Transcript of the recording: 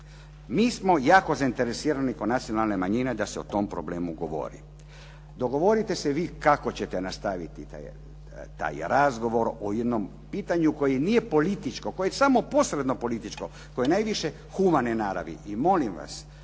mi smo jako zainteresirani kao nacionalna manjina da se o tom problemu govori. Dogovorite se vi kako ćete nastaviti taj razgovor o jednom pitanju koje nije političko, koje je samo posredno političko, koje je najviše humane naravi.